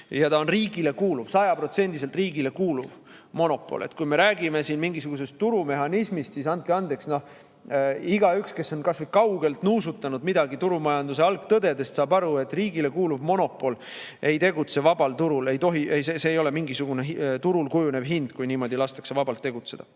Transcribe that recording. Ja ta on riigile kuuluv, sajaprotsendiliselt riigile kuuluv monopol. Kui me räägime siin mingisugusest turumehhanismist, siis andke andeks, igaüks, kes on kas või kaugelt nuusutanud midagi turumajanduse algtõdedest, saab aru, et riigile kuuluv monopol ei tegutse vabal turul, see ei ole mingisugune turul kujunev hind, kui niimoodi lastakse vabalt tegutseda.